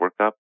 workup